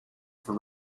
for